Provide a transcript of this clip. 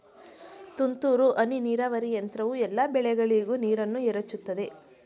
ತುಂತುರು ಹನಿ ನೀರಾವರಿ ಯಂತ್ರವು ಎಲ್ಲಾ ಬೆಳೆಗಳಿಗೂ ನೀರನ್ನ ಎರಚುತದೆ